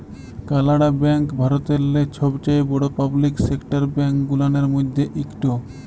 কালাড়া ব্যাংক ভারতেল্লে ছবচাঁয়ে বড় পাবলিক সেকটার ব্যাংক গুলানের ম্যধে ইকট